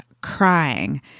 crying